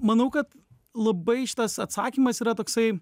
manau kad labai šitas atsakymas yra toksai